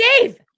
Dave